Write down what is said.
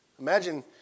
Imagine